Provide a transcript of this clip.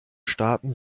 staaten